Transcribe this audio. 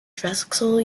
drexel